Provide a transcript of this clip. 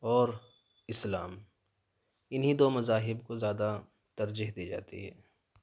اور اسلام انھیں دو مذاہب کو زیادہ ترجیح دی جاتی ہے